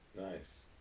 Nice